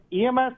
EMS